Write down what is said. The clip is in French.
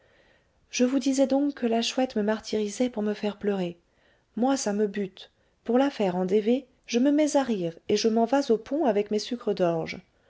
je vous disais donc que la chouette me martyrisait pour me faire pleurer moi ça me butte pour la faire endêver je me mets à rire et je m'en vas au pont avec mes sucres d'orge